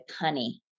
honey